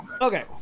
Okay